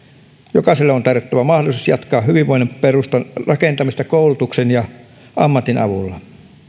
jokaiselle on tarjottava mahdollisuus jatkaa hyvinvoinnin perustan rakentamista koulutuksen ja ammatin avulla